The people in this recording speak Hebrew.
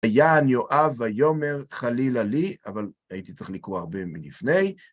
״ויען יואב ויאמר חלילה לי״, אבל הייתי צריך לקרוא הרבה מלפני.